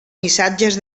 missatges